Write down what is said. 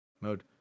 mode